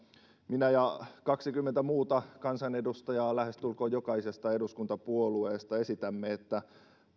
minä ja kaksikymmentä muuta kansanedustajaa lähestulkoon jokaisesta eduskuntapuolueesta esitämme että